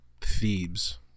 Thebes